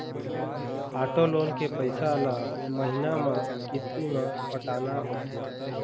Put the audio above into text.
auto loan के पइसा ल महिना म किस्ती म पटाना होथे